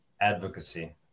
advocacy